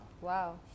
Wow